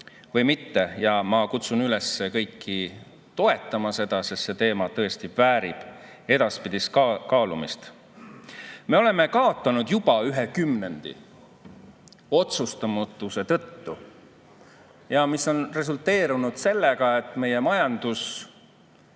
või mitte. Ma kutsun üles kõiki seda toetama, sest see teema tõesti väärib edaspidi ka kaalumist. Me oleme kaotanud juba ühe kümnendi otsustamatuse tõttu. Ja see on resulteerunud sellega, et meie majanduse